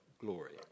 glory